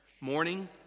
morning